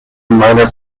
minor